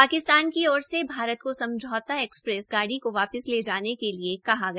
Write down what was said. पाकिस्तान की ओर से भारत को समझौता एक्सप्रेस गाड़ी को वापिस ले जाने के लिये कहा गया